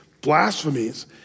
blasphemies